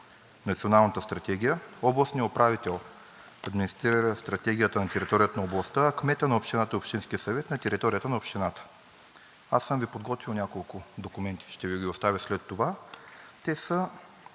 Националната стратегия, областният управител администрира Стратегията на територията на областта, а кметът на общината и общинският съвет – на територията на общината. Аз съм Ви подготвил няколко документи, ще Ви ги оставя след това. Те са